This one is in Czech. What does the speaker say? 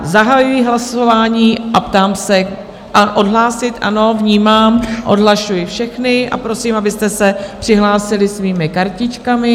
Zahajuji hlasování a ptám se odhlásit, ano, vnímám, odhlašuji všechny a prosím, abyste se přihlásili svými kartičkami.